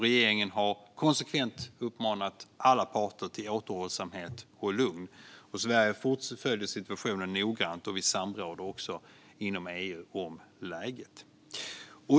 Regeringen har konsekvent uppmanat alla parter till återhållsamhet och lugn. Sverige följer situationen noggrant och samråder också inom EU om läget.